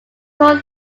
told